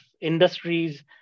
industries